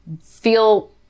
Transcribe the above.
feel